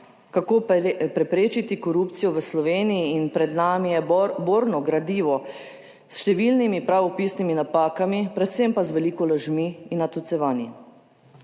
kako preprečiti korupcijo v Sloveniji in pred nami je borno gradivo s številnimi, prav opisnimi napakami, predvsem pa z veliko lažmi in natolcevanji.